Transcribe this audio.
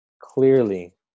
clearly